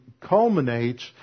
culminates